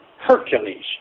Hercules